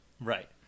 right